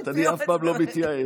אני אף פעם לא מתייאש.